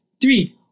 three